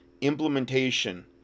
implementation